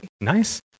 Nice